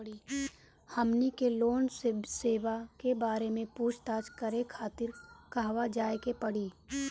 हमनी के लोन सेबा के बारे में पूछताछ करे खातिर कहवा जाए के पड़ी?